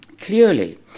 Clearly